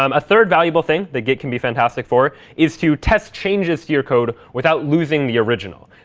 um a third valuable thing that get can be fantastic for is to test changes your code without losing the original.